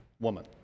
woman